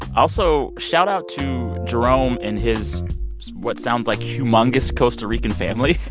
also, shout out to jerome and his what sounds like humongous costa rican family.